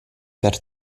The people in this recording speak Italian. per